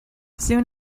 soon